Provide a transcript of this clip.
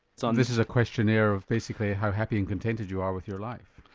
so and this is a questionnaire of basically how happy and contented you are with your life.